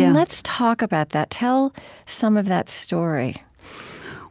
yeah let's talk about that. tell some of that story